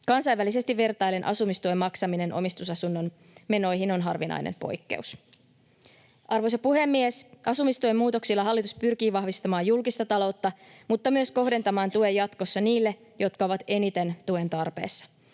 Kansainvälisesti vertaillen asumistuen maksaminen omistusasunnon menoihin on harvinainen poikkeus. Arvoisa puhemies! Asumistuen muutoksilla hallitus pyrkii vahvistamaan julkista ta-loutta mutta myös kohdentamaan tuen jatkossa niille, jotka ovat eniten tuen tarpeessa.